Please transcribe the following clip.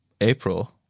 April